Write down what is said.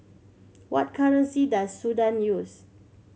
what currency does Sudan use